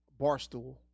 Barstool